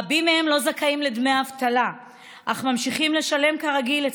רבים מהם לא זכאים לדמי אבטלה אך ממשיכים לשלם כרגיל את